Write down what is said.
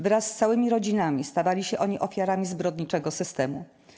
Wraz z całymi rodzinami stawali się oni ofiarami zbrodniczego systemu.